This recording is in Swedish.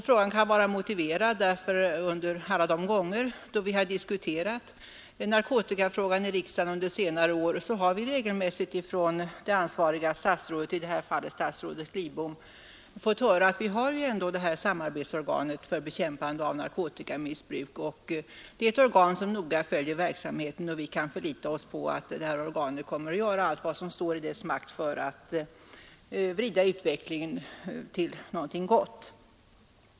Frågan kan vara motiverad därför att vid alla de tillfällen då vi har diskuterat narkotikafrågan i riksdagen under senare år har vi regelmässigt från det ansvariga statsrådet, i det här fallet statsrådet Lidbom, fått höra att vi har ju ändå samarbetsorganet för bekämpande av narkotikamissbruk. Det är ett organ som noga följer verksamheten, och vi kan förlita oss på att det kommer att göra allt vad som står i dess makt för att vrida utvecklingen till någonting gott.